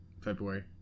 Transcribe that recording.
February